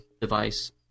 device